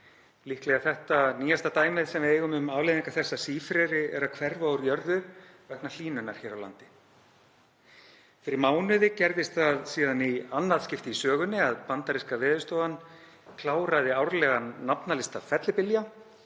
Líklega er þetta nýjasta dæmið sem við eigum um afleiðingar þess að sífreri er að hverfa úr jörðu vegna hlýnunar hér á landi. Fyrir mánuði gerðist það síðan í annað skipti í sögunni að bandaríska veðurstofan kláraði árlegan nafnalista fellibylja.